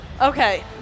Okay